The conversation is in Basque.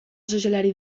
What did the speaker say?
sozialari